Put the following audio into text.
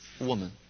woman